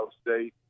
State